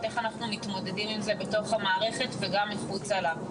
איך אנחנו מתמודדים עם זה בתוך המערכת ומחוצה לה.